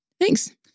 Thanks